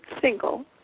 single